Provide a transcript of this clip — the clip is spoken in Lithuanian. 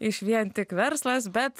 išvien tik verslas bet